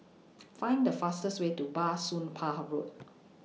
Find The fastest Way to Bah Soon Pah Road